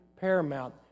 paramount